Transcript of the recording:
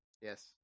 yes